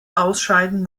ausscheiden